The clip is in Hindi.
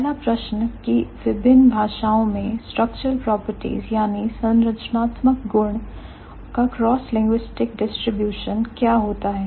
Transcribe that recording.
पहला प्रश्न की विभिन्न भाषाओं में structural properties संरचनात्मक गुण का crosslinguistic distributionक्रॉस लिंग्विस्टिक वितरण क्या होता है